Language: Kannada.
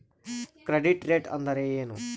ಕ್ರೆಡಿಟ್ ರೇಟ್ ಅಂದರೆ ಏನು?